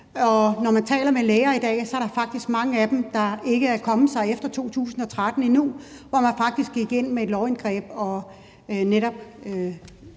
når man taler med læger i dag, er der faktisk mange af dem, der endnu ikke er kommet sig efter 2013, hvor man faktisk gik ind med et lovindgreb og netop